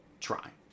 try